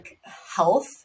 health